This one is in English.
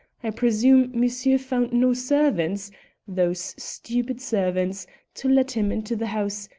i presume monsieur found no servants those stupid servants to let him into the house,